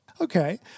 Okay